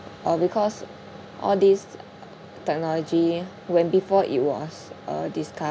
uh because all these technology when before it was uh discovered